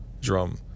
drum